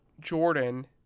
Jordan